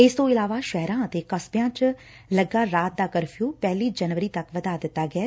ਇਸ ਤੋਂ ਇਲਾਵਾ ਸ਼ਹਿਰਾਂ ਅਤੇ ਕਸਬਿਆਂ ਚ ਲੱਗਾ ਰਾਤ ਦਾ ਕਰਫਿਉ ਪਹਿਲੀ ਜਨਵਰੀ ਤੱਕ ਵਧਾ ਦਿੱਤਾ ਗੈੈ